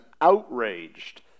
outraged